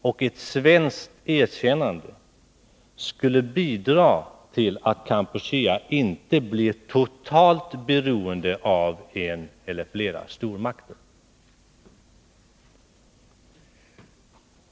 Och ett svenskt erkännande skulle bidra till att Kampuchea inte blir totalt beroende av en eller flera stormakter.